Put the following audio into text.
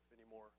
anymore